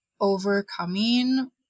overcoming